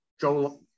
Joe